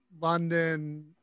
London